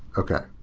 okay.